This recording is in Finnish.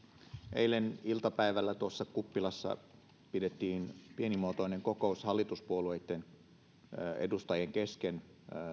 eilen iltapäivällä tuolla kuppilassa pidettiin pienimuotoinen kokous hallituspuolueitten edustajien kesken